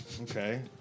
Okay